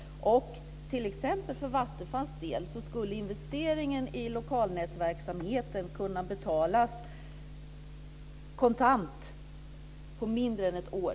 T.ex. för Vattenfalls del skulle investeringen i lokalnätverksamheten kunna betalas kontant på mindre än ett år.